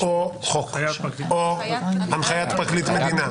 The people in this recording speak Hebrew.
או חוק או הנחיית פרקליט מדינה?